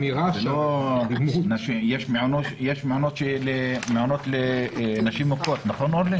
יש מעונות לנשים מוכות, נכון אורלי?